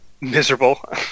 miserable